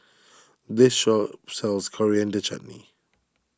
this shop sells Coriander Chutney